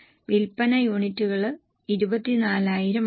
വിൽപ്പന യൂണിറ്റുകളും 24000 ആണ്